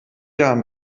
jahren